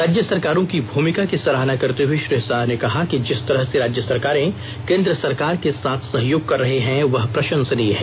राज्य सरकारों की भूमिका की सराहना करते हुए श्री शाह ने कहा कि जिस तरह से राज्य सरकारें केन्द्र सरकार के साथ सहयोग कर रही हैं वह प्रशंसनीय है